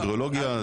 אמבריולוגיה?